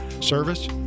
service